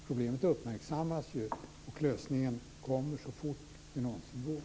Problemet uppmärksammas ju, och lösningen kommer så fort det någonsin går.